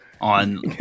on